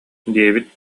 диэбит